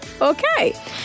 Okay